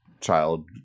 child